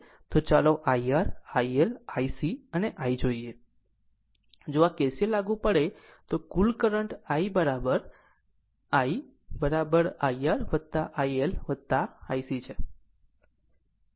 આમ ચાલો IR IL IC અને I જોઈએ જો આ KCL લાગુ પડે તો આ કુલ current I IIR IL IC છે